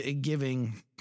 giving